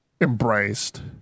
embraced